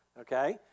okay